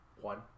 One